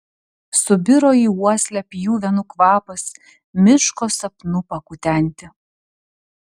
subiro į uoslę pjuvenų kvapas miško sapnų pakutenti